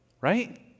right